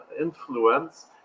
influence